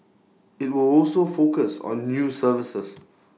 IT will also focus on new services